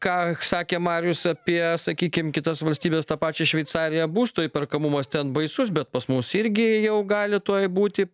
ką sakė marius apie sakykim kitos valstybės tą pačią šveicariją būsto įperkamumas ten baisus bet pas mus irgi jau gali tuoj būti